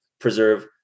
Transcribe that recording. preserve